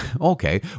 Okay